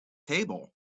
table